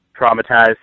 traumatized